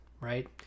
right